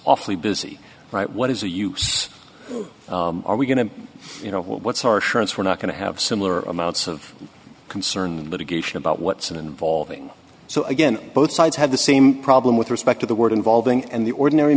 awfully busy right what is a use are we going to you know what's our surance we're not going to have similar amounts of concern litigation about what's involving so again both sides have the same problem with respect to the word involving and the ordinary